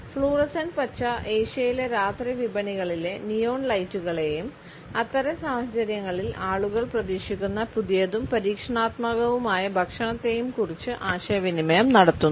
fluorescent പച്ച ഏഷ്യയിലെ രാത്രി വിപണികളിലെ നിയോൺ ലൈറ്റുകളെയും അത്തരം സാഹചര്യങ്ങളിൽ ആളുകൾ പ്രതീക്ഷിക്കുന്ന പുതിയതും പരീക്ഷണാത്മകവുമായ ഭക്ഷണത്തെയും കുറിച്ച് ആശയവിനിമയം നടത്തുന്നു